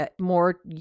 more